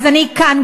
אז אני כאן,